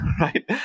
right